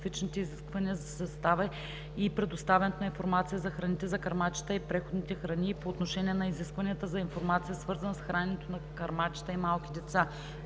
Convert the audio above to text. и предоставянето на информация за храните за кърмачета и преходните храни и по отношение на изискванията за информация, свързана с храненето на кърмачета и малки деца